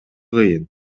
кыйын